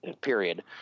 period